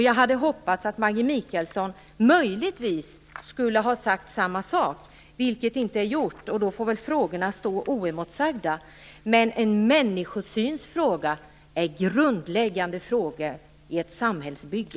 Jag hade hoppats att Maggi Mikaelsson möjligtvis skulle ha sagt samma sak. Det gjorde hon inte, och då får väl frågorna stå oemotsagda. Men en människosynsfråga är en grundläggande fråga i ett samhällsbygge!